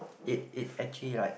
it it actually like